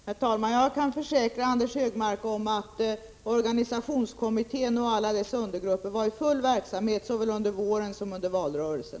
Herr talman! Jag kan försäkra Anders G Högmark om att organisationskommittén och alla dess undergrupper var i full verksamhet såväl under våren som under valrörelsen.